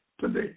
today